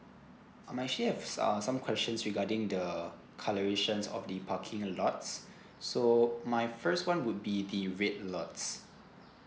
I'm actually have uh some questions regarding the colouration of the parking lots so my first one would be the red lots